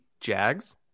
Jags